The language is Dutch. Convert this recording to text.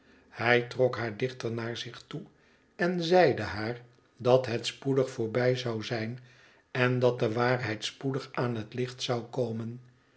hij trok haar dichter naar zich toe en zeide haar dat het spoedig voorbij zou zijn en dat de waarheid spoedig aan het licht zou komen